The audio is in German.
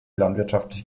landwirtschaftlich